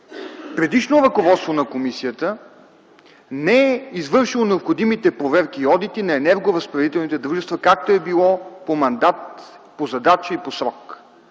предишно ръководство на комисията не е извършило необходимите проверки и одити на енергоразпределителните дружества, както е било по мандат, по задача и по срок.